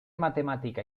matemática